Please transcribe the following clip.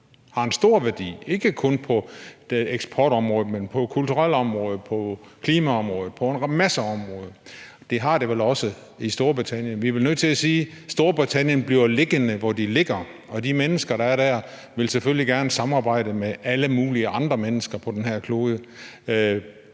har en stor værdi, ikke kun på eksportområdet, men også på det kulturelle område, på klimaområdet, altså på en masse områder, og det har det vel også i Storbritannien. Vi er vel nødt til at sige, at Storbritannien bliver liggende, hvor det ligger, og de mennesker, der er der, vil selvfølgelig gerne samarbejde med alle mulige andre mennesker på den her klode,